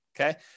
Okay